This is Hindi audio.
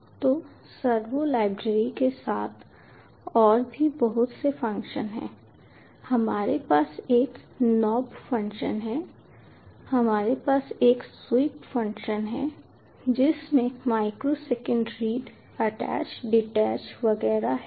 तो सर्वो लाइब्रेरी के साथ और भी बहुत से फंक्शन हैं हमारे पास एक नॉब फंक्शन है हमारे पास एक स्वीप फंक्शन है जिसमें माइक्रोसेकंड रीड अटैच्ड डिटैच वगैरह हैं